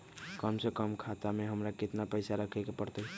कम से कम खाता में हमरा कितना पैसा रखे के परतई?